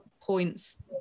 points